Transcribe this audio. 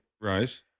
Right